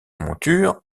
monture